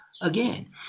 again